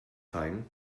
time